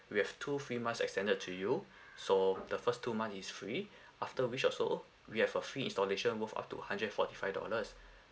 we have two free months extended to you so the first two months is free after which also we have a free installation worth of two hundred and forty five dollars